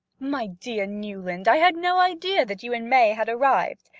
my dear newland, i had no idea that you and may had arrived!